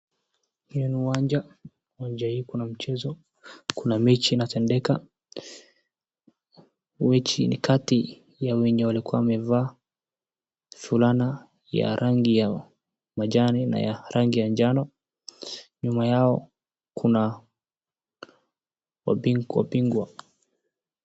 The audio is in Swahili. Ni uwanja, uwanja huu kuna mchezo kuna mechi inatendeka mechi ni kati ya wenye walikuwa wamevaa fulana ya rangi ya majani na ranji ya njano. Nyuma yao kuna wabingwa.